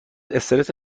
استرس